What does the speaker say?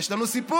יש לנו סיפור.